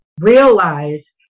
realize